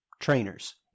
trainers